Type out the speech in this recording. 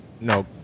No